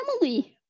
Emily